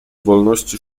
wolności